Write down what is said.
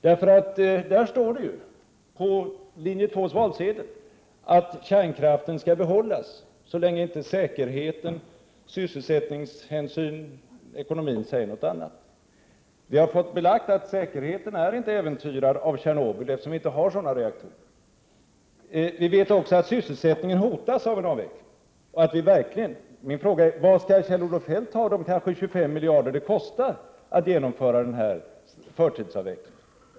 Det stod ju på linje 2:s valsedel att kärnkraften skall behållas så länge inte säkerheten, sysselsättningshänsynen och ekonomin säger någonting annat. Vi har fått belagt att säkerheten inte är hotad av något nytt Tjernobyl, eftersom vi inte har reaktorer av Tjernobyltyp. Vi vet också att sysselsättningen äventyras av en avveckling. Min fråga är: Varifrån skall Kjell-Olof Feldt ta de kanske 25 miljarder som det kostar att genomföra förtidsavvecklingen?